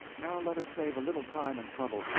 now let us save a little time and trouble.